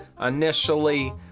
initially